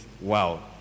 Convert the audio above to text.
Wow